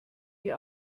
die